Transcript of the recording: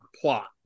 plot